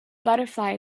butterfly